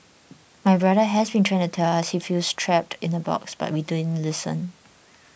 my brother has been trying to tell us he feels trapped in a box but we didn't listen